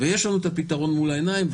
ויש לנו את הפתרון מול העיניים,